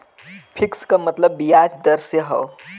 fix क मतलब बियाज दर से हौ